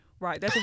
Right